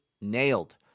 nailed